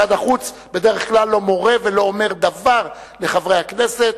משרד החוץ לא מורה ולא אומר דבר לחברי הכנסת.